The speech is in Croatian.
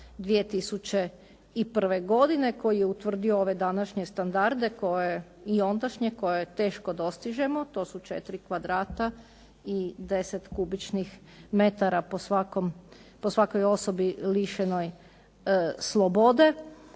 2001. godine koji je utvrdio ove današnje standarde i ondašnje koje teško dostižemo. To su 4 kvadrata i 10 kubičnih metara po svakom osobi lišenoj slobode.